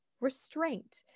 restraint